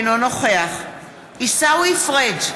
אינו נוכח עיסאווי פריג'